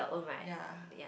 yea